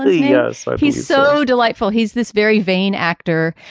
yes. sort of he's so delightful. he's this very vain actor.